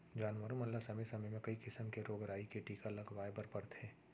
जानवरों मन ल समे समे म कई किसम के रोग राई के टीका लगवाए बर परथे